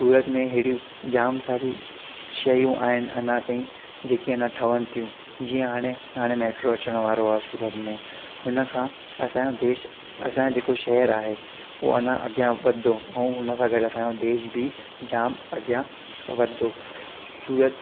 सूरत में हेड़ियूं झाम सारी शयूं आहिनि अञा ताईं जेकी अञा ठवनि थियूं जीअं हाणे हाणे मैट्रो अचणु वारो आहे सूरत में हुनखां असांजो देश असांजे जेको शहर आहे उहो अञा अॻियां वधंदो ऐं हुन सां गॾु असांजो देश बि झाम अॻियां वधंदो सूरत